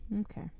Okay